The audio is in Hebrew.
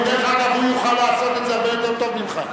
דרך אגב, הוא יוכל לעשות את זה הרבה יותר טוב ממך.